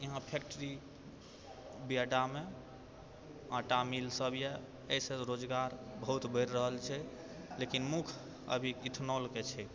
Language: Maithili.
यहाँ फैक्ट्री बिआडामे आँटा मिल सभ यहऽ एहिसँ रोजगार बहुत बढ़ि रहल छै लेकिन मुख्य अभी इथेनोल के छै